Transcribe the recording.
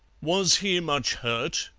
was he much hurt?